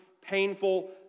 painful